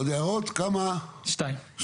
אתה